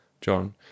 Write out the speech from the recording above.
john